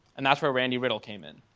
and that's where randy riddle came in.